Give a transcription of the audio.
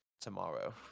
tomorrow